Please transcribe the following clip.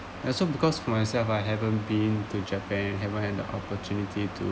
and so because for myself I haven't been to japan haven't had the opportunity to